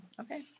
Okay